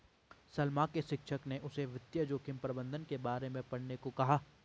सलमा के शिक्षक ने उसे वित्तीय जोखिम प्रबंधन के बारे में पढ़ने को कहा